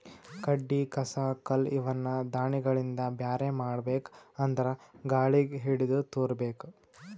ಕಡ್ಡಿ ಕಸ ಕಲ್ಲ್ ಇವನ್ನ ದಾಣಿಗಳಿಂದ ಬ್ಯಾರೆ ಮಾಡ್ಬೇಕ್ ಅಂದ್ರ ಗಾಳಿಗ್ ಹಿಡದು ತೂರಬೇಕು